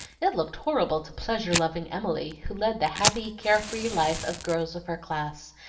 it looked horrible to pleasure-loving emily, who led the happy, care-free life of girls of her class,